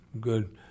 Good